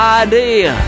idea